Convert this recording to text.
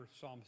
Psalm